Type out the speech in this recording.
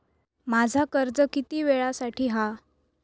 माझा कर्ज किती वेळासाठी हा?